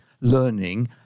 learning